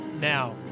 Now